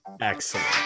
excellent